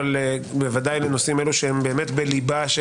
אבל בוודאי לנושאים האלו שהם באמת בליבה של